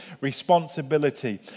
responsibility